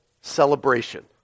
celebration